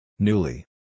Newly